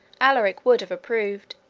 alaric would have approved,